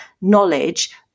knowledge